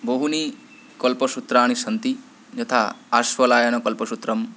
बहूनि कल्पसूत्राणि सन्ति यथा आश्वलायनकल्पसूत्रं